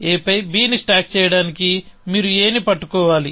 a పై b ని stack చేయడానికి మీరు a ని పట్టుకోవాలి